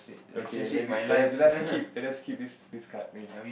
okay maybe later let's keep let's keep this this card okay